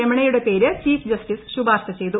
രമണയുടെ പേര് chief justice ശുപാർശ ചെയ്തു